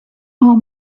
are